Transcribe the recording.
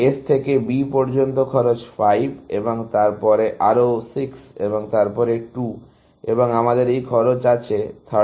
S থেকে B পর্যন্ত খরচ 5 এবং তারপরে আরও 6 এবং তারপরে 2 এবং আমাদের এই খরচ আছে 13